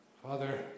Father